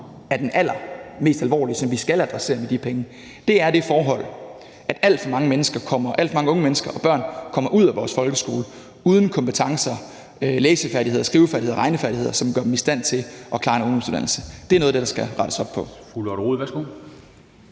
er den allermest alvorlige, og som vi skal adressere med de penge, er det forhold, at alt for mange unge mennesker og børn kommer ud af vores folkeskole uden kompetencer, læsefærdigheder, skrivefærdigheder, regnefærdigheder, som gør dem i stand til at klare en ungdomsuddannelse. Det er noget af det, der skal rettes op på.